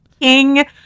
king